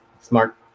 smart